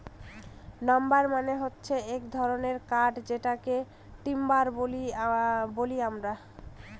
number মানে হচ্ছে এক ধরনের কাঠ যেটাকে টিম্বার বলি আমরা